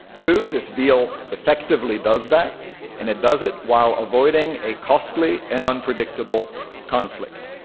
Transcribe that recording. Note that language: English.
two, this deal effectively does that, and it does it while avoiding a costly and unpredictable conflict.